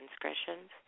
transgressions